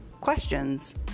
questions